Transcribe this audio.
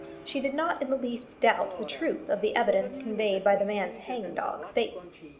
she did not in the least doubt the truth of the evidence conveyed by the man's hang-dog face.